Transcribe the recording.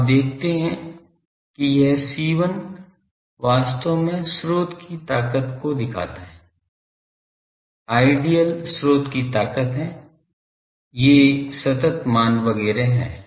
तो आप देखते हैं कि यह C1 वास्तव में स्रोत की ताकत का दिखाता है Idl स्रोत की ताकत है ये सतत मान वगैरह हैं